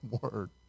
word